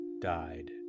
died